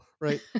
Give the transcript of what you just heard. right